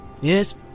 Yes